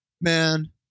Man